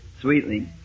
sweetly